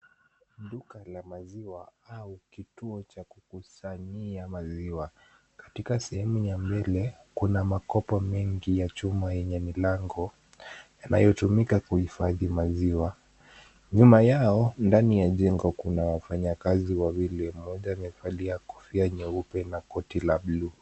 Duka la maziwa au kituo cha kukusanyia maziwa katika sehemu ya mbele .Kuna makopa mengi ya chuma yenye milango yanayotumika kuhifadhi maziwa. Nyuma yao, ndani la jengo kuna wafanyikazi wawili moja amevalia kofia nyeupe na koti la buluu.